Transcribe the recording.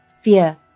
fear